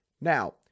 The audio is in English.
Now